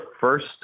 first